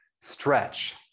stretch